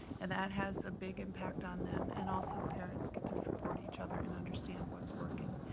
and that has a big impact on them. and also, the parents get to support each other and understand what's working,